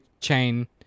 chain